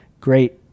great